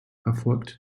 erfolgt